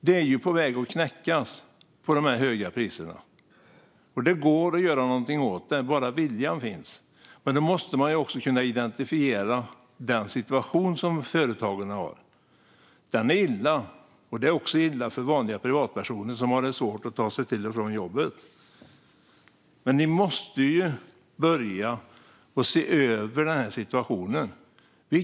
De är på väg att knäckas av de höga priserna. Det går att göra någonting åt detta, om bara viljan finns. Men då måste man kunna identifiera företagens situation. Den är illa, och situationen är också illa för vanliga privatpersoner som har svårt att ta sig till och från jobbet. Ni måste börja se över den här situationen, statsrådet.